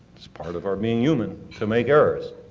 as part of our being human, to make errors,